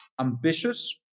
ambitious